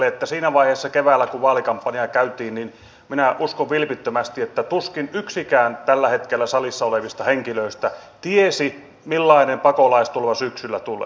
minä uskon vilpittömästi että siinä vaiheessa keväällä kun vaalikampanjaa käytiin niin minä uskon vilpittömästi että tuskin yksikään tällä hetkellä salissa olevista henkilöistä tiesi millainen pakolaistulva syksyllä tulee